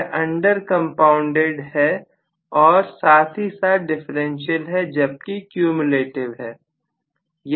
यह under compounded है और साथ ही साथ डिफरेंशियल है जबकि क्यूम्यूलेटिव है